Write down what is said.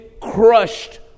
crushed